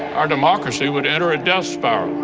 our democracy would enter a death spiral.